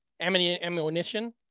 Ammunition